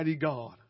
God